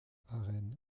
arène